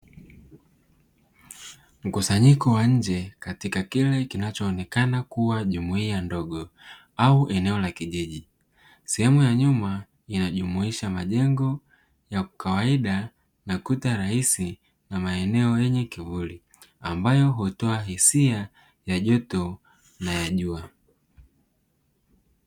Mkusanyiko wa nje katika kile kinachoonekana kuwa jumuiya ndogo au eneo la kijiji, sehemu ya nyuma inajumuisha majengo ya kawaida na kuta rahisi na maeneo yenye kivuli ambayo hutoa hisia ya joto na ya jua.